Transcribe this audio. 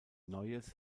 neues